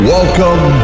Welcome